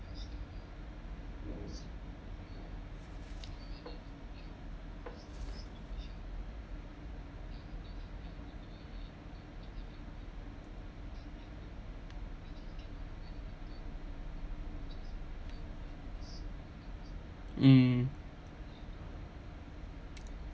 mm